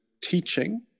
teaching